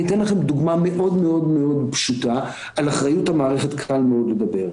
אבל היא מבוססת גם על הערכה קלינית ישירה,